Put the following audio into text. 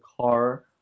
car